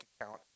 account